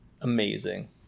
amazing